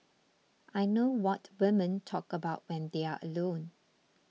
I know what women talk about when they're alone